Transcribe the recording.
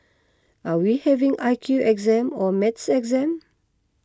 are we having I Q exam or maths exam